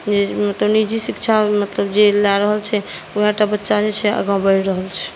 जे मतलब निजी शिक्षा मतलब जे लए रहल छै उएहटा बच्चा जे छै आगाँ बढ़ि रहल छै